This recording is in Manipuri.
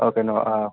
ꯑꯣ ꯀꯩꯅꯣ ꯑꯥ